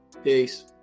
Peace